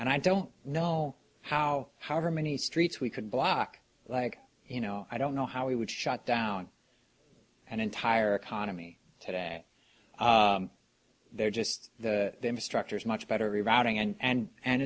and i don't know how however many streets we could block like you know i don't know how we would shut down an entire economy today there just the structure is much better rerouting and and